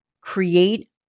create